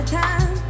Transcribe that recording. time